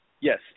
Yes